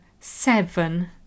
seven